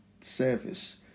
service